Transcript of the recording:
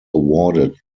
awarded